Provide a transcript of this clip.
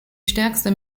stärkste